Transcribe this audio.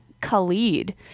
Khalid